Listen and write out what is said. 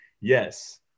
yes